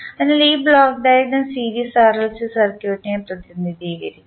അതിനാൽ ഈ block diagram series RLC സർക്യൂട്ടിനെ പ്രതിനിധീകരിക്കും